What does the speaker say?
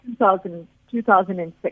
2006